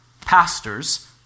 Pastors